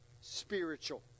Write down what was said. spiritual